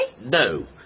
No